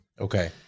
Okay